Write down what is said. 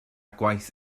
gwaith